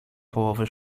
połowy